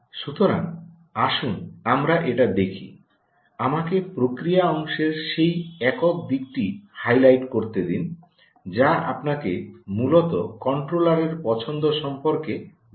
সুতরাং আসুন আমরা এটা দেখি আমাকে প্রক্রিয়া অংশের সেই একক দিকটি হাইলাইট করতে দিন যা আপনাকে মূলত কন্ট্রোলারের পছন্দ সম্পর্কে বুঝতে দেয়